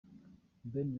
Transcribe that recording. ben